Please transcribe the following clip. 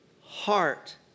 heart